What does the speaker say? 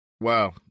Wow